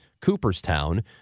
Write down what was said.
Cooperstown